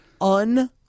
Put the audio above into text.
Un